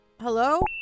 Hello